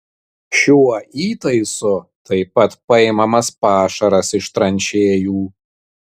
šiuo įtaisu taip pat paimamas pašaras iš tranšėjų